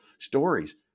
stories